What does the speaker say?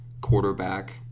quarterback